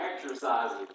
exercises